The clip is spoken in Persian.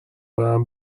برم